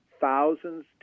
thousands